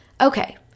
Okay